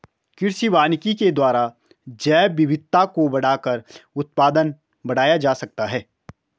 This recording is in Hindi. कृषि वानिकी के द्वारा जैवविविधता को बढ़ाकर उत्पादन बढ़ाया जा सकता है